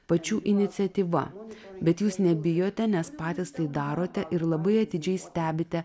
pačių iniciatyva bet jūs nebijote nes patys tai darote ir labai atidžiai stebite